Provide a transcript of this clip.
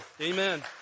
Amen